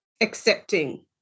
accepting